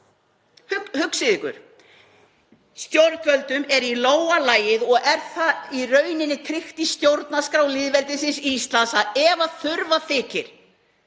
Hugsið ykkur. Stjórnvöldum er í lófa lagið og er það í rauninni tryggt í stjórnarskrá lýðveldisins Íslands að ef þurfa þykir